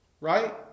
Right